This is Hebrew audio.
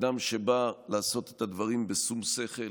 אדם שבא לעשות את הדברים בשום שכל,